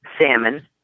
salmon